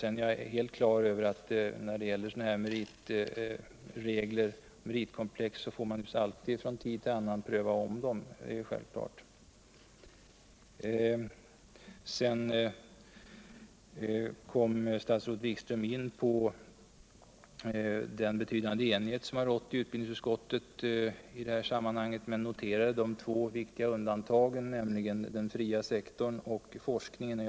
men jag är helt på det klara med att man naturligtvis från tid ull annan får ompröva sådana här meritregler och meritkomplex. Sedan kom statsrådet Wikström in på den betydande enighet som har rått i utbildningsutskottet men noterade de två viktiga undantagen, nämligen den fria sektorn och forskningen.